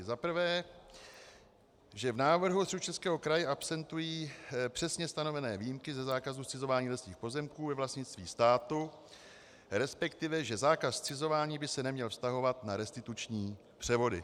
Za prvé, že v návrhu Středočeského kraje absentují přesně stanovené výjimky ze zákazu zcizování lesních pozemků ve vlastnictví státu, respektive že zákaz zcizování by se neměl vztahovat na restituční převody.